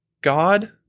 God